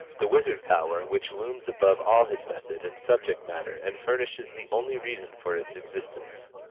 the wizard power which looms above all his method and subject-matter and furnishes the only reason for its existence!